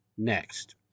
next